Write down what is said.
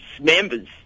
members